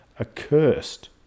accursed